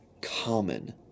common